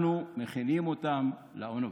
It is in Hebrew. אנחנו מכינים אותם לאוניברסיטה,